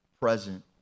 present